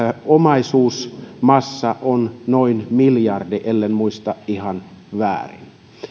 omaisuusmassa on noin miljardi ellen muista ihan väärin